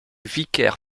vicaire